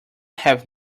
have